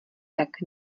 tak